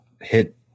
hit